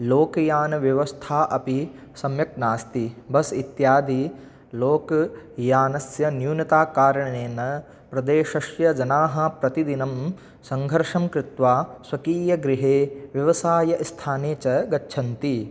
लोकयानव्यवस्था अपि सम्यक् नास्ति बस् इत्यादि लोकयानस्य न्यूनताकारणेन प्रदेशस्य जनाः प्रतिदिनं सङ्घर्षं कृत्वा स्वकीयगृहे व्यवसायस्थाने च गच्छन्ति